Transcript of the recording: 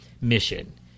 mission